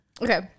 Okay